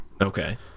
Okay